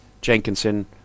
Jenkinson